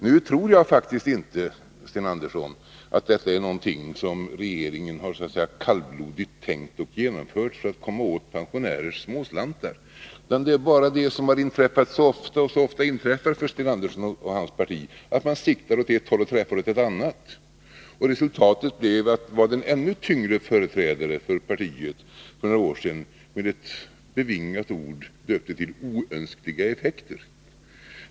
Nu tror jag faktiskt inte, Sten Andersson, att detta är någonting som regeringen kallblodigt har tänkt ut och genomfört för att komma åt pensionärens småslantar. Det är bara vad som så ofta inträffar för Sten Andersson och hans parti — man siktar åt ett håll och träffar åt ett annat. Resultatet blir vad en ännu tyngre företrädare för partiet för några år sedan med ett bevingat uttryck döpte till ”oönskliga effekter”.